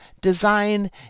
design